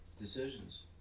decisions